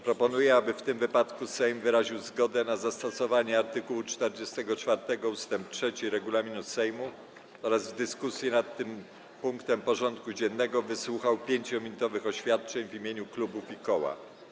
Proponuję, aby w tym wypadku Sejm wyraził zgodę na zastosowanie art. 44 ust. 3 regulaminu Sejmu oraz w dyskusji nad tym punktem porządku dziennego wysłuchał 5-minutowych oświadczeń w imieniu klubów i koła.